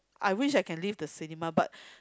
I wish I can leave the cinema but